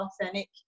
authentic